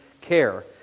care